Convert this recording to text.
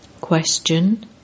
Question